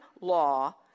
law